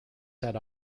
set